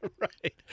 right